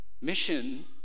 Mission